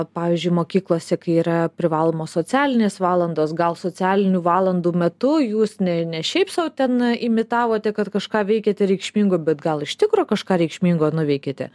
pavyzdžiui mokyklose kai yra privalomos socialinės valandos gal socialinių valandų metu jūs ne ne šiaip sau ten imitavote kad kažką veikiate reikšmingo bet gal iš tikro kažką reikšmingo nuveikėte